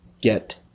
get